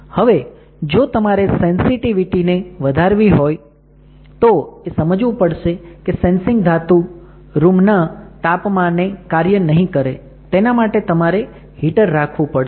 હવે જો તમારે સૅન્સિટિવિટી ને વધારવી હોય તો એ સમજવું પડશે કે સેન્સિંગ ધાતુ રૂમ ના તાપમાને કાર્ય નહીં કરે તેના માટે તમારે હીટર રાખવું પડશે